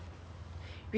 the spaghetti right